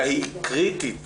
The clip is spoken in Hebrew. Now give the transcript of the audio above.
שהיא קריטית